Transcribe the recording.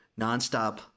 nonstop